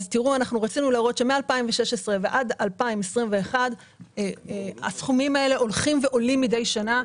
רצינו להראות שמ-2016 ועד 2021 הסכומים האלה הולכים ועולים מדי שנה.